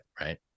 right